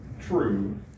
true